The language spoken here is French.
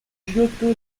giotto